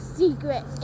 secret